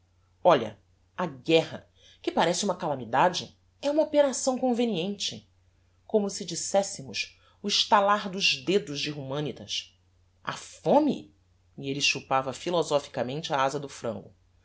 olha a guerra que parece uma calamidade é uma operação conveniente como se dissessemos o estalar dos dedos de humanitas a fome e